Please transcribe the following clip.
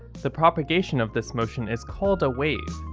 the propagation of this motion is called a wave.